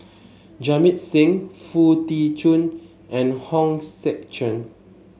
Jamit Singh Foo Tee Jun and Hong Sek Chern